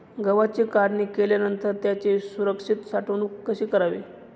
गव्हाची काढणी केल्यानंतर त्याची सुरक्षित साठवणूक कशी करावी?